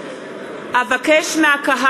אבל רחוק עדיין מהאיזון הדרוש.